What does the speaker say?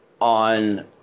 on